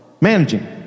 managing